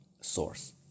source